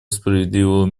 справедливого